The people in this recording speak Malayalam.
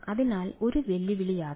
അതിനാൽ ഒരു വെല്ലുവിളിയാകാം